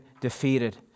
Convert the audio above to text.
defeated